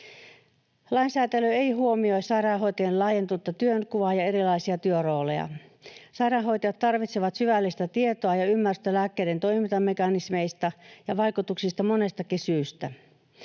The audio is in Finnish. Lainsäätely ei huomioi sairaanhoitajan laajentunutta työnkuvaa ja erilaisia työrooleja. Sairaanhoitajat tarvitsevat syvällistä tietoa ja ymmärrystä lääkkeiden toimintamekanismeista ja vaikutuksista monestakin syystä.